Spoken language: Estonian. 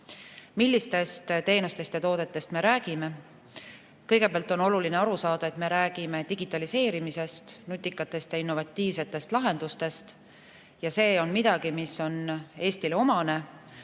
Millistest teenustest ja toodetest me räägime? Kõigepealt on oluline aru saada, et me räägime digitaliseerimisest, nutikatest ja innovatiivsetest lahendustest. See on midagi, mis on Eestile omane.